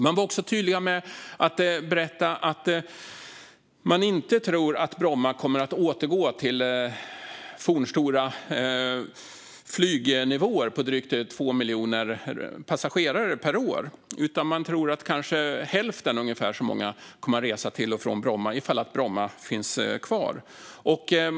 De var också tydliga med att berätta att de inte tror att Bromma kommer att återgå till fornstora flygnivåer på drygt 2 miljoner passagerare per år, utan de tror att ungefär hälften så många kommer att resa till och från Bromma om flygplatsen finns kvar.